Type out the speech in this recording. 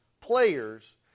players